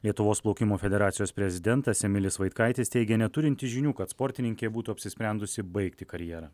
lietuvos plaukimo federacijos prezidentas emilis vaitkaitis teigė neturintis žinių kad sportininkė būtų apsisprendusi baigti karjerą